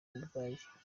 budage